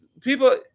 people